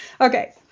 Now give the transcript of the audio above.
Okay